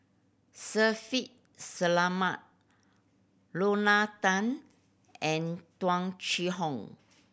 Shaffiq Selamat Lorna Tan and Tung Chye Hong